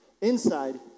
Inside